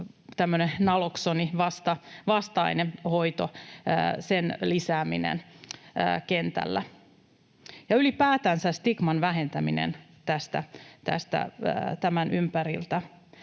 naloksoni-, vasta-ainehoitoa lisättävä kentällä ja ylipäätänsä stigmaa vähennettävä tämän ympäriltä.